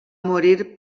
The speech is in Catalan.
morir